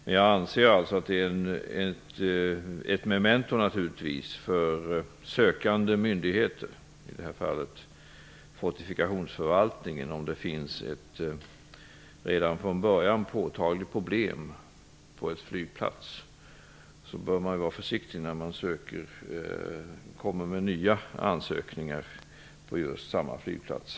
Det är naturligtvis ett memento för sökande myndigheter, i det här fallet Fortifikationsförvaltningen, om det redan från början finns ett påtagligt problem på en flygplats. Då bör man vara försiktig när man kommer med nya ansökningar som gäller samma flygplats.